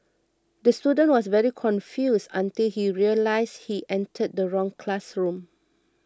the student was very confused until he realised he entered the wrong classroom